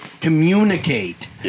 communicate